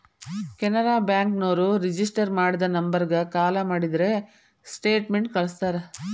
Canara bank ನೋರು register ಮಾಡಿದ ನಂಬರ್ಗ ಕಾಲ ಮಾಡಿದ್ರ ಸ್ಟೇಟ್ಮೆಂಟ್ ಕಳ್ಸ್ತಾರ